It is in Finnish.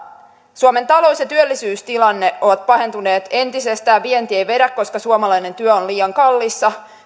suomen talous ja työllisyystilanne ovat pahentuneet entisestään vienti ei vedä koska suomalainen työ on liian kallista